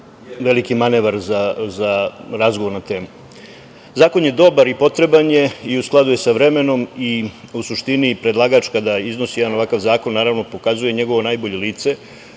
veliki manevar za razgovor na temu. Zakon je dobar i potreban je i u skladu je sa vremenom i u suštini predlagač kada iznosi jedan ovakav zakona, naravno, pokazuje njegovo najbolje lice,